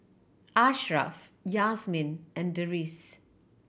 Ashraff Yasmin and Deris